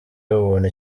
y’ubuntu